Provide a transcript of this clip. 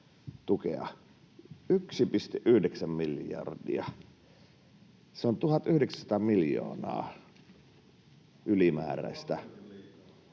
1,9 miljardia. Se on 1 900 miljoonaa ylimääräistä,